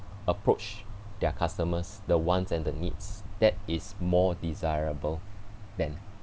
approach their customers the wants and the needs that is more desirable than